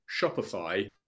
Shopify